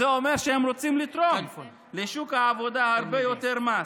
זה אומר שהם רוצים לתרום לשוק העבודה הרבה יותר מס.